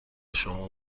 شما